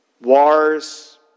Wars